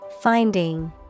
Finding